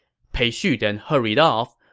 pei xu then hurried off.